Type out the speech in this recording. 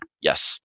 Yes